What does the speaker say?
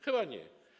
Chyba nie.